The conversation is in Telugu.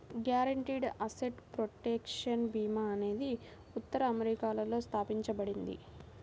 గ్యారెంటీడ్ అసెట్ ప్రొటెక్షన్ భీమా అనేది ఉత్తర అమెరికాలో స్థాపించబడింది